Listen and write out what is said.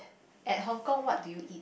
at Hong-Kong what did you eat